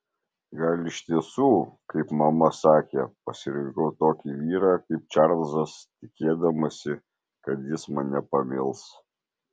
gal iš tiesų kaip mama sakė pasirinkau tokį vyrą kaip čarlzas tikėdamasi kad jis mane pamils